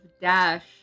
dash